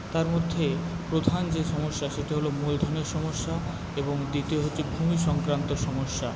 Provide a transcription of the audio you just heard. তার মধ্যে প্রধান যে সমস্যা সেটা হল মূলধনের সমস্যা এবং দ্বিতীয় হচ্ছে ভূমি সংক্রান্ত সমস্যা